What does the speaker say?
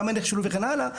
כמה נכשלו וכן הלאה,